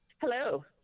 hello